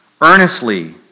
Earnestly